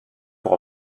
pour